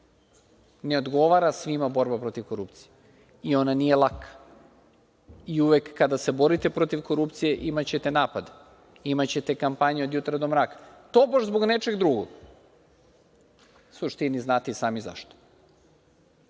Ne odgovara svima borba protiv korupcije i ona nije laka. Uvek kada se borite protiv korupcije imaćete napade, imaćete kampanje od jutra do mraka, tobož zbog nečeg drugog. U suštini znate i sami zašto. Hvala